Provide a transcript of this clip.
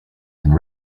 and